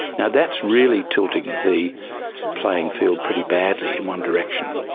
yeah that's really tilting the playing field pretty badly in one direction.